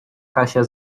kasia